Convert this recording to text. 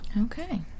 Okay